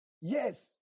Yes